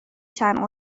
چند